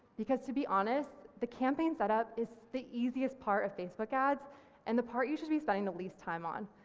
because to be honest, the campaign setup is the easiest part of facebook ads and the part you should be spending the least time on.